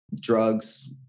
drugs